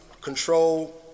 control